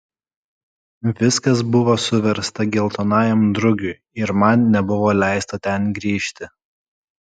viskas buvo suversta geltonajam drugiui ir man nebuvo leista ten grįžti